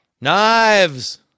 Knives